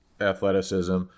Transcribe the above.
athleticism